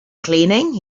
cleaning